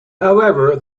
however